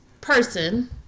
person